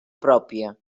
pròpia